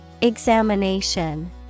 Examination